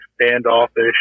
standoffish